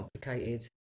complicated